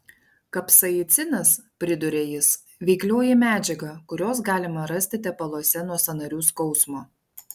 kapsaicinas priduria jis veiklioji medžiaga kurios galima rasti tepaluose nuo sąnarių skausmo